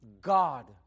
God